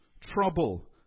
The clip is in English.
trouble